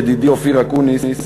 ידידי אופיר אקוניס,